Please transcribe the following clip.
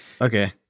Okay